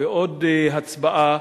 ועוד הצבעה,